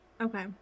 Okay